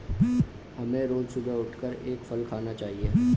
हमें रोज सुबह उठकर एक फल खाना चाहिए